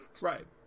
Right